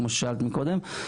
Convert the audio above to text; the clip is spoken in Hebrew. כמו שאמרת מקודם,